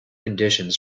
conditions